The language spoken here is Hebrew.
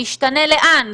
תשתנה לאן?